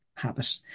habit